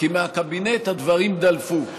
כי מהקבינט הדברים דלפו.